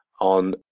on